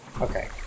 Okay